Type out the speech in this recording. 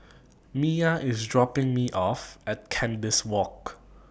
Miya IS dropping Me off At Kandis Walk